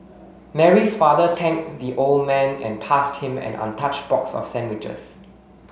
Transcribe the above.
Mary's father thanked the old man and passed him an untouched box of sandwiches